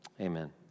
amen